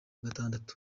gatandatu